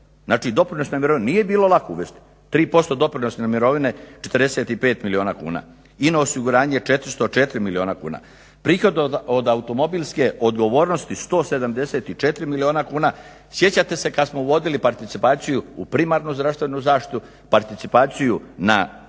Znači doprinos na mirovinu nije bilo lako uvesti, 3% doprinosa na mirovine 45 milijuna kuna i na osiguranje 404 milijuna kuna. Prihod od automobilske odgovornosti 174 milijuna kuna. Sjećate se kad smo uvodili participaciju u primarnu zdravstvenu zaštitu, participaciju na